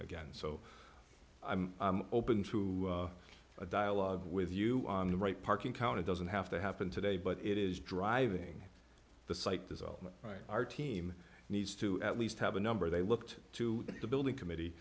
again so i'm open to a dialogue with you on the right parking counted doesn't have to happen today but it is driving the site does all right our team needs to at least have a number they looked to the building committee